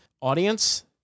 audience